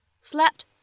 Slept